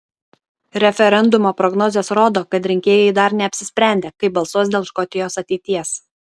referendumo prognozės rodo kad rinkėjai dar neapsisprendę kaip balsuos dėl škotijos ateities